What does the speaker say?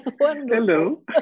Hello